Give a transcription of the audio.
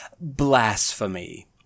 blasphemy